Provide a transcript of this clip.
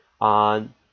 on